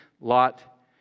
Lot